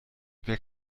wer